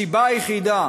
הסיבה היחידה